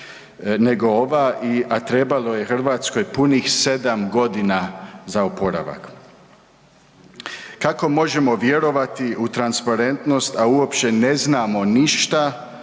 nego ova, a trebalo je Hrvatskoj punih sedam dogina za oporavak. Kako možemo vjerovati u transparentnost, a uopće ne znamo ništa